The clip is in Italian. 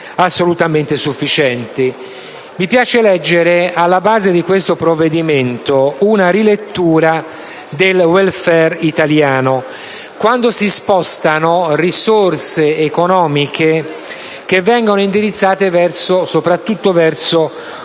Mi piace vedere alla base di questo provvedimento una rilettura del *welfare* italiano quando si spostano risorse economiche che vengono indirizzate soprattutto verso una